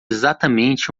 exatamente